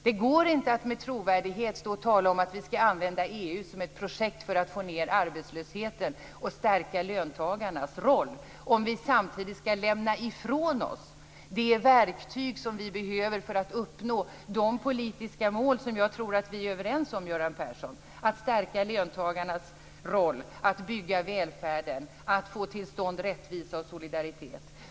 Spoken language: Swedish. Det går inte att med trovärdighet tala om att vi skall använda EU som ett projekt för att få ned arbetslösheten och stärka löntagarnas roll om vi samtidigt skall lämna ifrån oss de verktyg som vi behöver för att uppnå de politiska mål som jag tror att vi är överens om, Göran Persson, att stärka löntagarnas roll, att bygga välfärden, att få till stånd rättvisa och solidaritet.